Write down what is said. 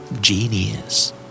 Genius